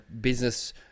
business